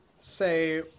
say